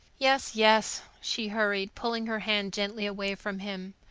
yes, yes, she hurried, pulling her hand gently away from him.